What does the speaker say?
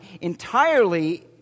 entirely